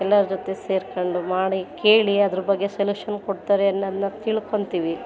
ಎಲ್ಲರ ಜೊತೆ ಸೇರ್ಕೊಂಡು ಮಾಡಿ ಕೇಳಿ ಅದ್ರ ಬಗ್ಗೆ ಸಲ್ಯೂಷನ್ ಕೊಡ್ತಾರೆ ಅನೋದನ್ನ ತಿಳ್ಕೊಳ್ತೀವಿ